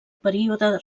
període